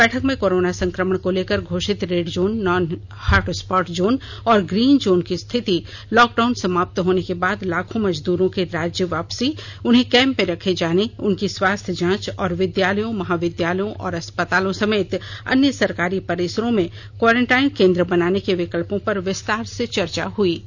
इस बैठक में कोरोना संक्रमण को लेकर घोषित red zone non hot spot zone और ग्रीन जोन की स्थिति लॉकडाउन समाप्त होने के बाद लाखों मजदूरों के राज्य वापसी उन्हें कैंप में रखे जाने उनकी स्वास्थ्य जांच और विद्यालयों महाविद्यालयों और अस्पतालों समेत अन्य सरकारी परिसरों में क्वारेंटाइन केंद्र बनाने के विकल्पों पर विस्तार से चर्चा हुई